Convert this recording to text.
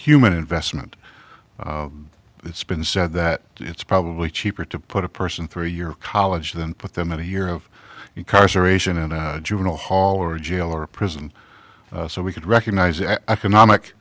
human investment it's been said that it's probably cheaper to put a person through a year college than put them in a year of incarceration in a juvenile hall or a jail or a prison so we could recognize an economic